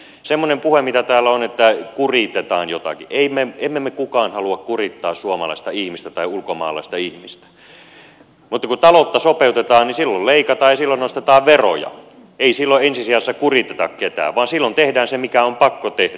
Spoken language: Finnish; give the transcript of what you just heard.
kun täällä on ollut semmoista puhetta että kuritetaan jotakin niin ei meistä kukaan halua kurittaa suomalaista ihmistä tai ulkomaalaista ihmistä mutta kun taloutta sopeutetaan niin silloin leikataan ja silloin nostetaan veroja ei silloin ensi sijassa kuriteta ketään vaan silloin tehdään se mikä on pakko tehdä